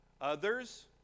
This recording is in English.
Others